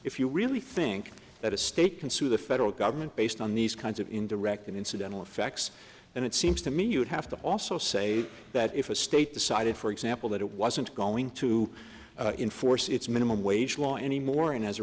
if you really think that a state can sue the federal government based on these kinds of indirect incidental effects and it seems to me you would have to also say that if a state decided for example that it wasn't going to enforce its minimum wage law anymore and as a